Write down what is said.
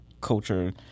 culture